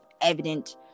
evident